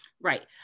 Right